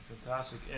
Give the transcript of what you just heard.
Fantastic